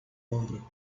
ombro